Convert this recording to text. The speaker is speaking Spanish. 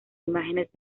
imágenes